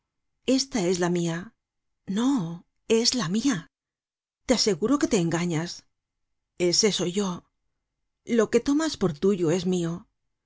esta es la mia no es la mia te aseguro que te engañas ese soy yo lo que tomas por tuyo es mio